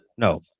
No